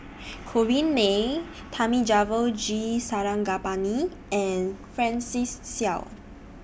Corrinne May Thamizhavel G Sarangapani and Francis Seow